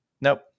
Nope